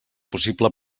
possible